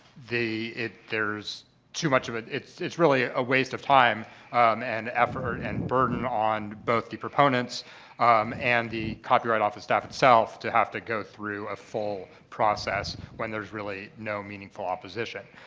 the there's too much of a it's it's really ah a waste of time um and effort and burden on both the proponents and the copyright office staff itself to have to go through a full process when there's really no meaningful opposition.